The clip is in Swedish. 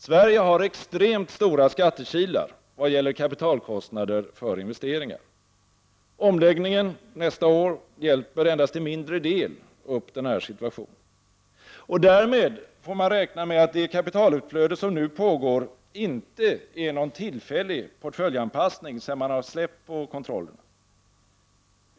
Sverige har extremt stora skattekilar vad gäller kapitalkostnader för investeringar. Omläggningen nästa år hjälper endast till mindre del upp situationen. Därmed får man räkna med att det kapitalutflöde som nu pågår inte är en tillfällig portföljanpassning sedan man har släppt på kontrollen.